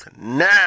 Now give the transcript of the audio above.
Now